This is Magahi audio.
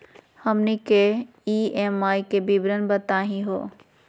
हमनी के ई.एम.आई के विवरण बताही हो?